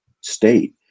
state